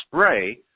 spray